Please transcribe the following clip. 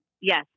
yes